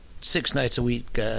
six-nights-a-week